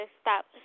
stop